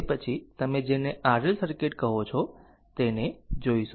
તે પછી તમે જેને R L સર્કિટ કહો છો તેને જોશું